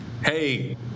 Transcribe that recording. hey